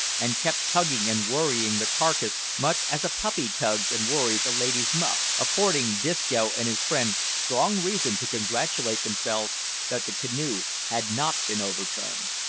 and kept tugging and worrying the carcase much as a puppy tugs and worries a ladies' muff affording disco and his friend strong reason to congratulate themselves that the canoe had not been overturned.